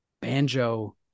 banjo